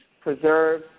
preserve